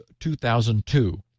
2002